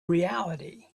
reality